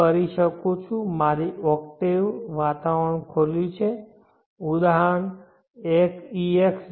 હું કરી શકું છું મારી ઓક્ટેવ વાતાવરણ ખોલ્યું છે ઉદાહરણ ex01